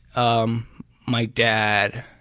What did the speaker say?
um my dad,